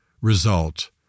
result